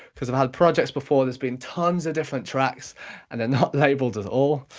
cause i've had projects before, there's been tonnes of different tracks and they're not labelled at all.